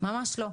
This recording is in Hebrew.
ממש לא.